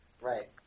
Right